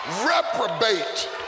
reprobate